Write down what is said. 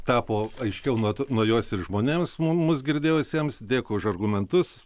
tapo aiškiau nuot nuo jos ir žmonėms mu mus girdėjusiems dėkui už argumentus